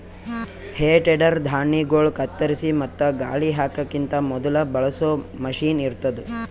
ಹೇ ಟೆಡರ್ ಧಾಣ್ಣಿಗೊಳ್ ಕತ್ತರಿಸಿ ಮತ್ತ ಗಾಳಿ ಹಾಕಕಿಂತ ಮೊದುಲ ಬಳಸೋ ಮಷೀನ್ ಇರ್ತದ್